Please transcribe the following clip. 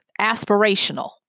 aspirational